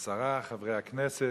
השרה, חברי הכנסת,